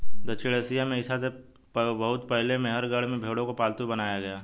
दक्षिण एशिया में ईसा से बहुत पहले मेहरगढ़ में भेंड़ों को पालतू बनाया गया